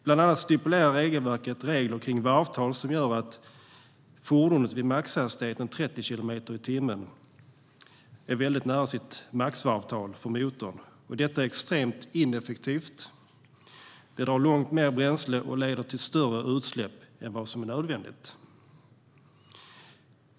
Bland annat stipulerar regelverket regler kring varvtal som gör att fordonet vid maxhastigheten 30 kilometer i timmen är väldigt nära det maximala varvtalet för motorn. Det är extremt ineffektivt, drar långt mer bränsle och leder till större utsläpp än vad som är nödvändigt.